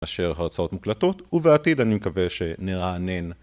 אשר הרצאות מוקלטות, ובעתיד אני מקווה שנרענן.